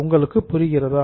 உங்களுக்கு புரிகிறதா